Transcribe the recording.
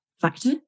factor